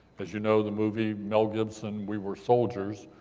as you know, the movie, mel gibson, we were soldiers,